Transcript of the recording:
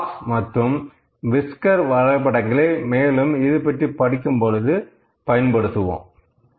இந்த பாக்ஸ் மற்றும் விஸ்கர் வரைபடங்களை மேலும் இது பற்றி படிக்கும் பொழுது பயன்படுத்துவோம்